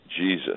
Jesus